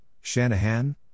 Shanahan